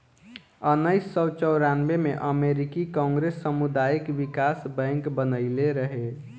उनऽइस सौ चौरानबे में अमेरिकी कांग्रेस सामुदायिक बिकास बैंक बनइले रहे